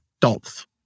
dolph